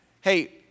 Hey